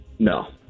No